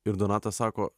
ir donatas sako